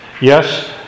Yes